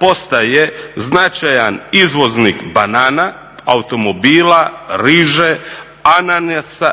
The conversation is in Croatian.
postaje značajan izvoznik banana, automobila, riže,